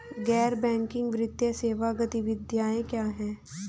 गैर बैंकिंग वित्तीय सेवा गतिविधियाँ क्या हैं?